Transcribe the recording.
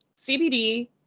CBD